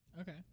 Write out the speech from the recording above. Okay